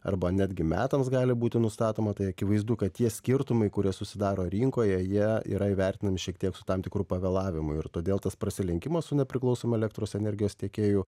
arba netgi metams gali būti nustatoma tai akivaizdu kad tie skirtumai kurie susidaro rinkoje jie yra įvertinami šiek tiek su tam tikru pavėlavimu ir todėl tas prasilenkimas su nepriklausomų elektros energijos tiekėjų